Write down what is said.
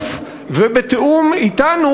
שקוף ובתיאום אתנו,